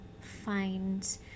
find